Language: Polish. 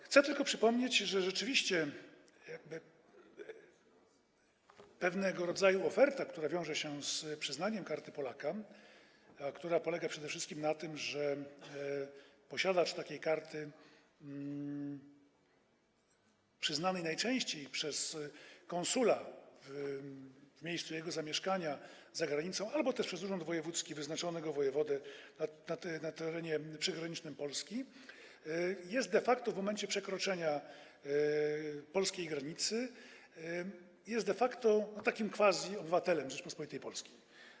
Chcę tylko przypomnieć, że rzeczywiście pewnego rodzaju oferta, która wiąże się z przyznaniem Karty Polaka, polega przede wszystkim na tym, że posiadacz takiej karty, przyznanej najczęściej przez konsula w miejscu jego zamieszkania za granicą albo też przez urząd wojewódzki, czyli wyznaczonego wojewodę na terenie przygranicznym Polski, staje się de facto w momencie przekroczenia polskiej granicy takim quasi-obywatelem Rzeczypospolitej Polskiej.